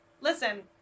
Listen